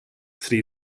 three